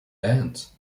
bands